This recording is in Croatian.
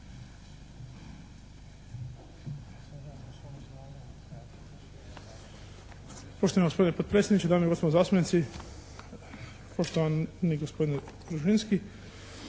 Poštovani gospodine potpredsjedniče, dame i gospodo zastupnici, poštovani gospodine Ružinski!